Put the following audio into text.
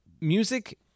music